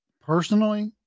personally